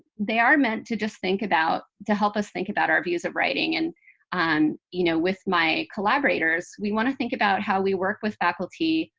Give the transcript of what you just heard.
they are meant to just think about to help us think about our views of writing. and um you know, with my collaborators, we want to think about how we work with faculty.